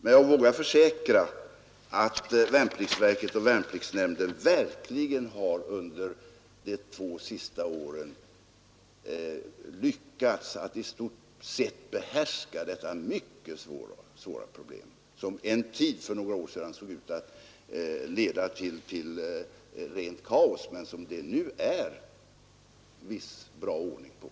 Jag vågar emellertid försäkra att värnpliktsverket och värnpliktsnämnden verkligen under de två senaste åren har lyckats att i stort sett behärska detta mycket svåra problem som en tid, för några år sedan, såg ut att leda till rent kaos men som det nu är bra ordning på.